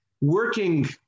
working